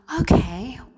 okay